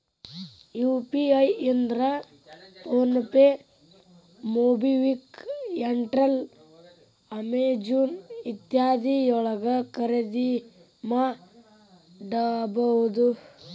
UPI ಇದ್ರ PhonePe MobiKwik Airtel Amazon ಇತ್ಯಾದಿ ಯೊಳಗ ಖರಿದಿಮಾಡಬಹುದು